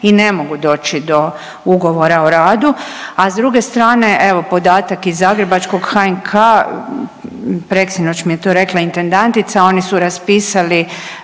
i ne mogu doći do ugovora o radu, a s druge strane evo podatak iz zagrebačkog HNK, preksinoć mi je to rekla intendantica, oni su raspisali